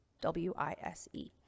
W-I-S-E